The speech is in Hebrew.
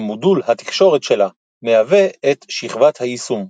שמודול התקשורת שלה מהווה את שכבת היישום.